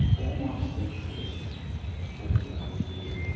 all my speeches i'll pull them out just for you.